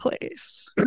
place